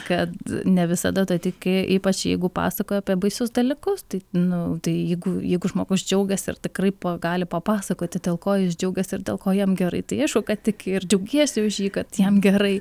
kad ne visada tuo tiki ypač jeigu pasakoja apie baisius dalykus tai nu tai jeigu jeigu žmogus džiaugiasi ir tikrai gali papasakoti dėl ko jis džiaugiasi ir dėl ko jam gerai tai aišku kad tiki ir džiaugiesi už jį kad jam gerai